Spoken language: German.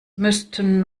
müssten